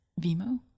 Vimo